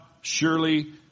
surely